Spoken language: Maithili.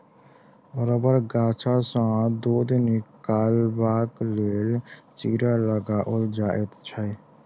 रबड़ गाछसँ दूध निकालबाक लेल चीरा लगाओल जाइत छै